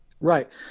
Right